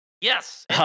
Yes